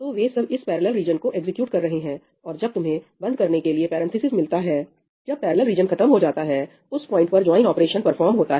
तो वे सब इस पैरेलल रीजन को एग्जीक्यूट कर रहे हैं और जब तुम्हें बंद करने के लिए पैरंथिसेस मिलता है जब पैरेलल रीजन खत्म हो जाता है उस पॉइंट पर ज्वाइन ऑपरेशन परफॉर्म होता है